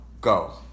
go